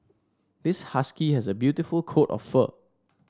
this husky has a beautiful coat of fur